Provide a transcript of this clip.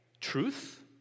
truth